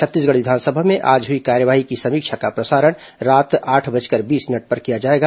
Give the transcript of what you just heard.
छत्तीसगढ़ विधानसभा में आज हुई कार्यवाही की समीक्षा का प्रसारण रात आठ बजकर बीस मिनट पर किया जाएगा